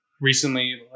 recently